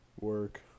Work